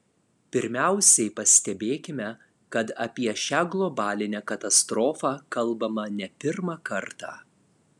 pirmiausiai pastebėkime kad apie šią globalinę katastrofą kalbama ne pirmą kartą